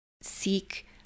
seek